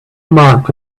marked